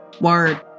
word